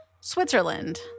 Switzerland